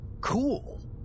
cool